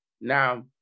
Now